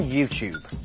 YouTube